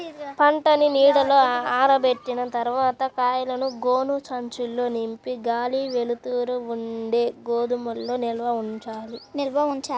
పంటని నీడలో ఆరబెట్టిన తర్వాత కాయలను గోనె సంచుల్లో నింపి గాలి, వెలుతురు ఉండే గోదాముల్లో నిల్వ ఉంచాలి